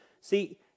See